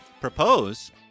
propose